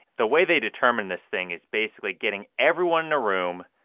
the way they determine this thing is basically getting everyone in a room,